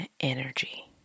energy